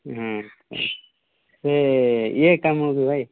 ହଁ ସେ ଇଏ କାମ କି ଭାଇ